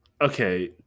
Okay